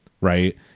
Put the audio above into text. right